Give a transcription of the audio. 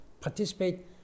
participate